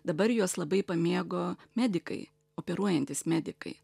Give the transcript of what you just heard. dabar juos labai pamėgo medikai operuojantys medikai